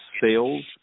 sales